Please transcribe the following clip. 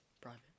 private